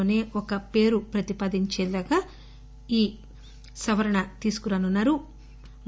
లోనే ఒక పేరు ప్రతిపాదించేలాగా ఈ సవరణ తీసుకున్నా నన్నా రు